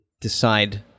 decide